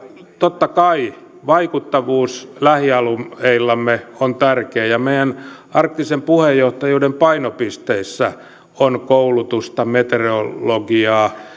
totta kai vaikuttavuus lähialueillamme on tärkeää ja meidän arktisen puheenjohtajuuden painopisteissä on koulutusta meteorologiaa